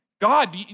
God